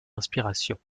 inspirations